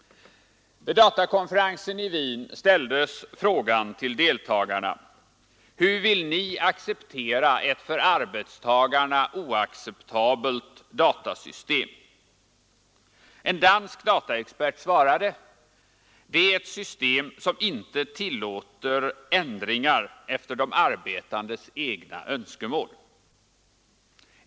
Vid datakonferensen i Wien ställdes frågan till deltagarna: Hur vill ni definiera ett för arbetstagarna oacceptabelt datasystem? En dansk dataexpert svarade: Det är ett system som inte tillåter ändringar efter de arbetandes egna önskemål.